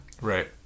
Right